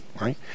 right